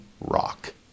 rock